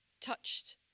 touched